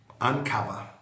uncover